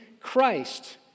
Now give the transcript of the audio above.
Christ